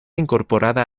incorporada